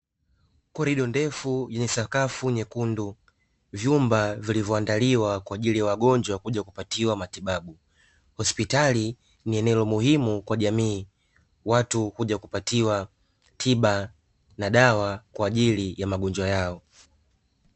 Korido ndefu yenye sakafu nyekundu, vyumba vilivyoandaliwa kwa ajili ya wagonjwa kuja kupatiwa matibabu. Hospitali ni eneo la muhimu kwa jamii. Watu huja kupatiwa tiba na dawa kwa ajili ya magonjwa yao.